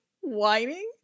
whining